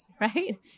right